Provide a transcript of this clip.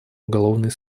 уголовный